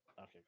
Okay